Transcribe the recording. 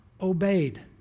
obeyed